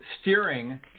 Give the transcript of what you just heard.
steering